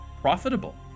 profitable